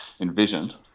envisioned